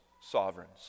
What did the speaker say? sovereigns